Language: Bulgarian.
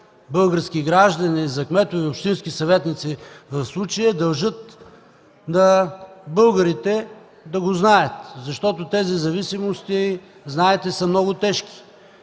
български граждани, за кметове и общински съветници в случая дължат на българите да го знаят, защото тези зависимости, знаете, са много тежки.